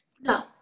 No